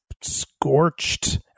scorched